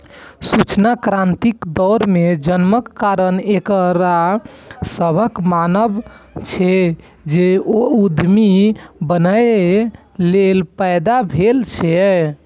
सूचना क्रांतिक दौर मे जन्मक कारण एकरा सभक मानब छै, जे ओ उद्यमी बनैए लेल पैदा भेल छै